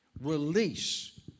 release